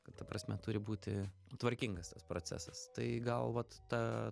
kad ta prasme turi būti tvarkingas tas procesas tai gal vat ta